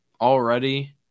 already